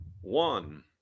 one